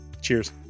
Cheers